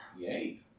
Yay